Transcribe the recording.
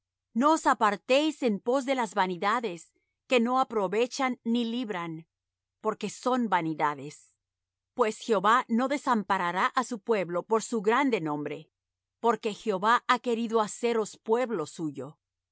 no os apartéis en pos de las vanidades que no aprovechan ni libran porque son vanidades pues jehová no desamparará á su pueblo por su grande nombre porque jehová ha querido haceros pueblo suyo